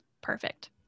perfect